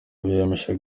biyemeje